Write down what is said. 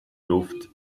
luft